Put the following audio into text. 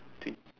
twent~